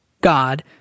God